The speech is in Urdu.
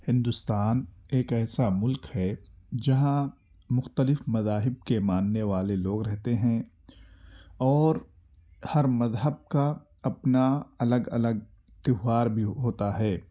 ہندوستان ایک ایسا ملک ہے جہاں مختلف مذاہب کے ماننے والے لوگ رہتے ہیں اور ہر مذہب کا اپنا الگ الگ تہوار بھی ہوتا ہے